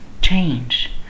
change